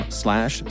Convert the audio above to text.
slash